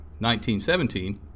1917